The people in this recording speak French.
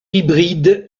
hybride